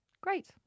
Great